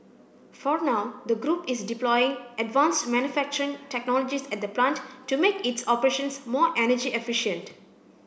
for now the group is deploying advanced manufacturing technologies at the plant to make its operations more energy efficient